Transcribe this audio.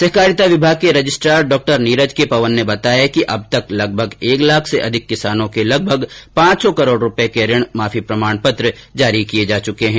सहकारिता विभाग के रजिट्टार डॉ नीरज के पवन ने बताया कि अब तक लगभग एक लाख से अधिक किसानों के लगभग पांच सौ करोड़ रूपये क ऋण माफी प्रमाण पत्र जारी किये जा चुके है